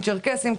צ'רקסים,